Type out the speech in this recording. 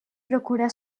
preocupà